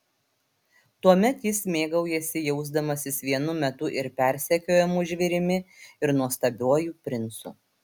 tuomet jis mėgaujasi jausdamasis vienu metu ir persekiojamu žvėrimi ir nuostabiuoju princu